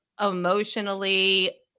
emotionally